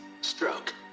stroke